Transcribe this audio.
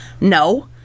No